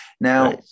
Now